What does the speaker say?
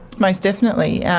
most definitely. yeah